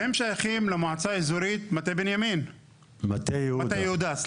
הם שייכים למועצה האזורית מטה יהודה.